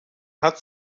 hat